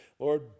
Lord